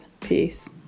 Peace